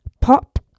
pop